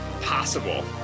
possible